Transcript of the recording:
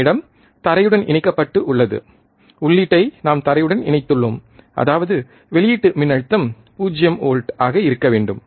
நம்மிடம் தரையுடன் இணைக்கப்பட்டு உள்ளது உள்ளீட்டை நாம் தரையுடன் இணைத்துள்ளோம் அதாவது வெளியீட்டு மின்னழுத்தம் 0 வோல்ட் ஆக இருக்க வேண்டும்